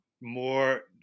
more